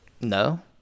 No